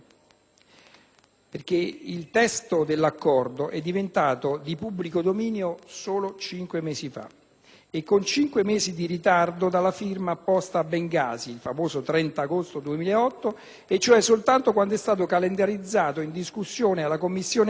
Perché il testo dell'Accordo è diventato di pubblico dominio con cinque mesi di ritardo dalla firma apposta a Bengasi, il 30 agosto 2008, e cioè soltanto quando è stato calendarizzato in discussione alla Commissione affari